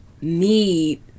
need